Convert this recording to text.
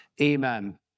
Amen